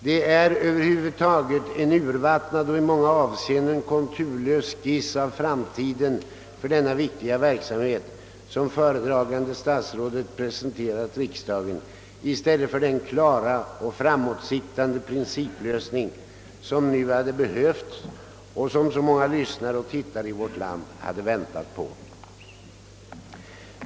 Det är över huvud taget en urvattnad och i många avseenden konturlös skiss av framtiden för denna viktiga verksamhet som statsrådet presenterat riksdagen, i stället för den klara och framåtsiktande principlösning som nu hade behövts och som så många lyssnare och tittare i vårt land väntat på.